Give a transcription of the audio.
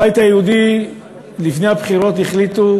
הבית היהודי לפני הבחירות החליטו